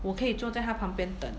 我可以坐在她旁边等